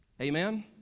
Amen